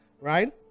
right